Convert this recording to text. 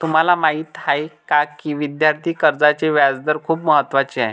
तुम्हाला माहीत आहे का की विद्यार्थी कर्जाचे व्याजदर खूप महत्त्वाचे आहेत?